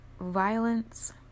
violence